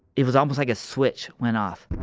it was almost like a switch went off.